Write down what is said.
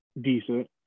decent